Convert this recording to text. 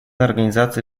организации